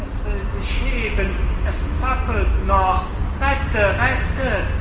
es will sich heben es zappelt noch rette rette